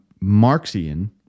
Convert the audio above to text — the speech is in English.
Marxian